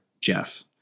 Jeff